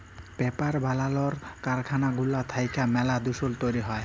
paper বালালর কারখালা গুলা থ্যাইকে ম্যালা দুষল তৈরি হ্যয়